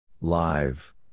Live